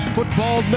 Football